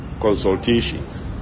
consultations